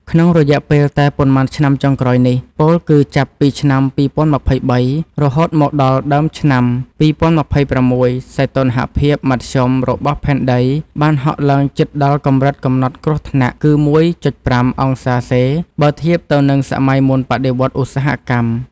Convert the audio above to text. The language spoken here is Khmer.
ក្នុងរយៈពេលតែប៉ុន្មានឆ្នាំចុងក្រោយនេះ ពោលគឺចាប់ពីឆ្នាំ ២០២៣ រហូតមកដល់ដើមឆ្នាំ ២០២៦ សីតុណ្ហភាពមធ្យមរបស់ផែនដីបានហក់ឡើងជិតដល់កម្រិតកំណត់គ្រោះថ្នាក់គឺ 1.5 អង្សារសេ បើធៀបទៅនឹងសម័យមុនបដិវត្តន៍ឧស្សាហកម្ម។